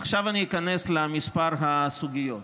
איכנס לכמה סוגיות.